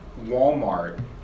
Walmart